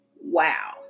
Wow